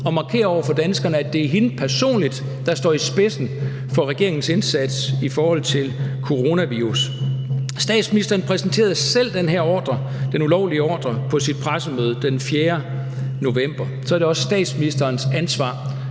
og markere over for danskerne, at det er hende personligt, der står i spidsen for regeringens indsats i forhold til coronavirus. Statsministeren præsenterede selv den her ordre, den ulovlige ordre, på sit pressemøde den 4. november. Så er det også statsministerens ansvar,